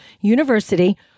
University